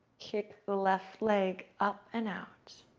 kick the left leg up and out.